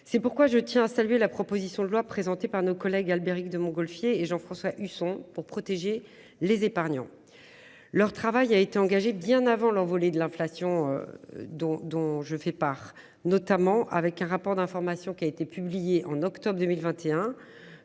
C'est pourquoi je tiens à saluer la proposition de loi présentée par nos collègues Albéric de Montgolfier et Jean-François Husson, pour protéger les épargnants. Leur travail a été engagée bien avant l'envolée de l'inflation. Dont, dont je fais part notamment avec un rapport d'information qui a été publié en octobre 2021.